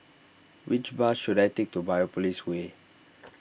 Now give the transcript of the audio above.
which bus should I take to Biopolis Way